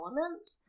element